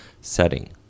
setting